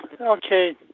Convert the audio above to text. Okay